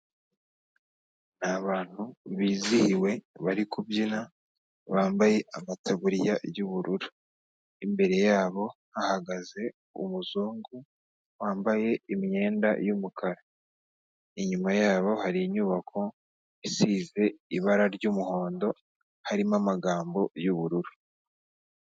Ni abantu bizihiwe bari kubyina, bambaye amataburiya y'ubururu, imbere yabo hahagaze umuzungu wambaye imyenda y'umukara, inyuma yabo hari inyubako isize ibara ry'umuhondo harimo amagambo y'ubururu.